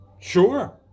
sure